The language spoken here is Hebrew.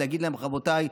שאמרו: רבותיי,